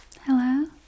Hello